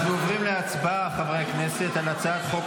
אנחנו עוברים להצבעה, חברי הכנסת, על הצעת חוק